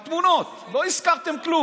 בתמונות, לא הזכרתם כלום,